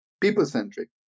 people-centric